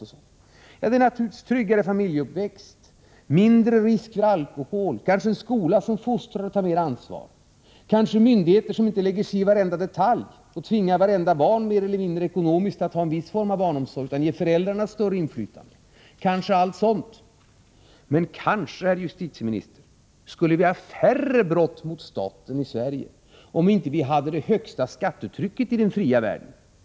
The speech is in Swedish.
Det vore naturligtvis tryggare familjeuppväxt, mindre risk för alkohol, kanske en skola som fostrar och tar mer ansvar och kanske myndigheter som inte lägger sig i varenda detalj och ekonomiskt mer eller mindre tvingar vartenda barn till viss form av barnomsorg utan ger föräldrarna större inflytande. Det gäller kanske allt sådant. Kanske, herr justitieminister, skulle vi ha färre brott mot staten i Sverige om vi inte hade det högsta skattetrycket i den fria världen.